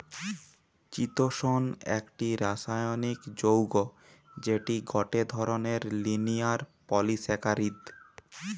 চিতোষণ একটি রাসায়নিক যৌগ্য যেটি গটে ধরণের লিনিয়ার পলিসাকারীদ